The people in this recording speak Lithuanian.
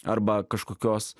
arba kažkokios